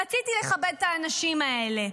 רציתי לכבד את האנשים האלה.